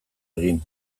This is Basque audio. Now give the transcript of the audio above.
egin